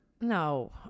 No